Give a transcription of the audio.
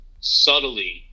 subtly